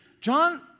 John